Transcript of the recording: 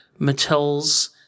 mattel's